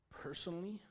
personally